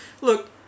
Look